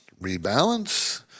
rebalance